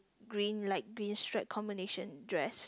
green like green stripe combination dress